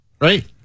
right